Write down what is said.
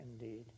indeed